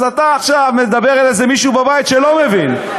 אז אתה עכשיו מדבר אל איזה מישהו בבית שלא מבין,